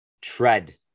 Tread